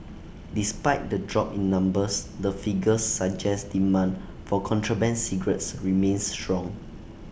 despite the drop in numbers the figures suggest demand for contraband cigarettes remains strong